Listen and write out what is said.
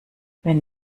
wenn